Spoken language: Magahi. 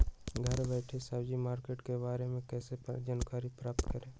घर बैठे सब्जी मार्केट के बारे में कैसे जानकारी प्राप्त करें?